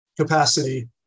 capacity